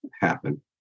happen